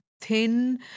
thin